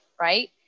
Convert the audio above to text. Right